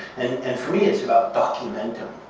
and and for me, it's about documentum.